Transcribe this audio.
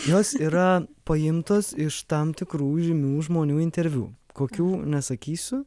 jos yra paimtos iš tam tikrų žymių žmonių interviu kokių nesakysiu